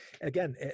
again